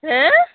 হে